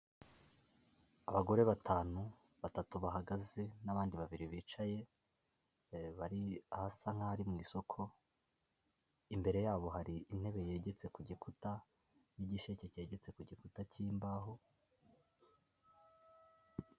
Abagore batanu batatu bahagaze n’abandi babiri bicaye. Bari ahasa nk’aho ari mu isoko. Imbere yabo hari intebe yegetse ku gikuta n’igisheke cyegutse ku gikuta cy’imbaho.